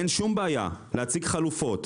אין שום בעיה להציג חלופות,